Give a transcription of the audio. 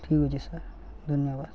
ଠିକ୍ ଅଛି ସାର୍ ଧନ୍ୟବାଦ